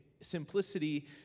simplicity